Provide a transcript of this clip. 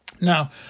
Now